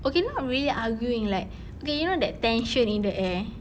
okay not really arguing like okay you know that tension in the air